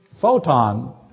photon